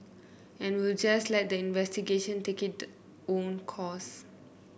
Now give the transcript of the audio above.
and we'll just let the investigation take it own course